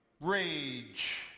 rage